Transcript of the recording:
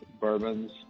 bourbons